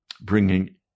bringing